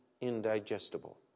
indigestible